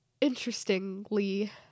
interestingly